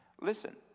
listen